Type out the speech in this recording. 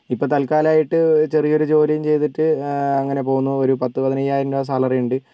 ഇപ്പോൾ തൽക്കാലമായിട്ട് ചെറിയൊരു ജോലിയും ചെയ്തിട്ട് അങ്ങനെ പോകുന്നു ഒരു പത്ത് പതിനയ്യായിരം രൂപ സാലറി ഉണ്ട്